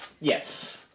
yes